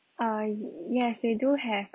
err yes they do have